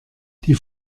die